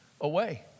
away